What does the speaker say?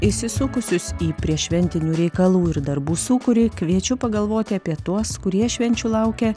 įsisukusius į prieššventinių reikalų ir darbų sūkurį kviečiu pagalvoti apie tuos kurie švenčių laukia